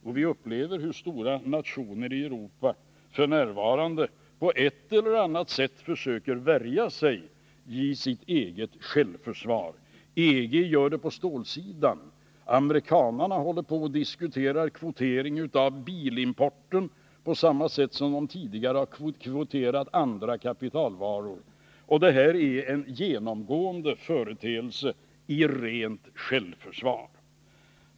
Och vi upplever hur stora nationer i Europa f. n. på ett eller annat sätt försöker värja sig i självförsvar. EG gör det på stålsidan. Amerikanerna håller på att diskutera kvotering av bilimporten på samma sätt som de tidigare har kvoterat andra kapitalvaror. Det här är en genomgående företeelse i rent självförsvar.